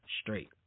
straight